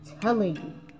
telling